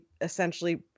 essentially